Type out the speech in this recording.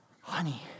Honey